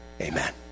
Amen